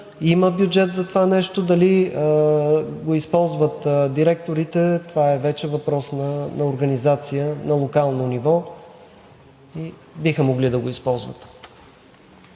има бюджет за това нещо – дали го използват директорите, това вече е въпрос на организация на локално ниво. Биха могли да го използват.